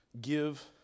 give